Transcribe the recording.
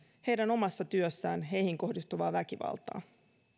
omassa työssään heihin kohdistuvaa väkivaltaa